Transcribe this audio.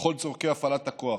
לכל צורכי הפעלת הכוח,